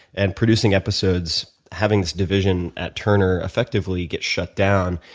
and producing episodes, having this division at turner effectively get shutdown,